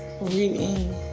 reading